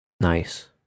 Nice